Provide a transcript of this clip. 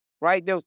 Right